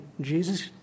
Jesus